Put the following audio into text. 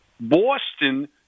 Boston